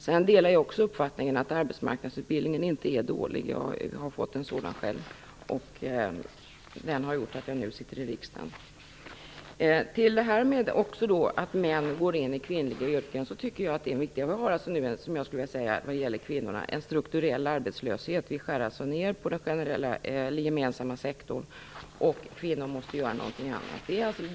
Jag delar också uppfattningen att arbetsmarknadsutbildningen inte är dålig. Jag har själv fått en sådan, och den har medfört att jag nu sitter i riksdagen. Så till frågan om att män går in i kvinnliga yrken. Vi har när det gäller kvinnorna en strukturell arbetslöshet. Vi skär ned på den gemensamma sektorn, och kvinnorna måste göra någonting annat.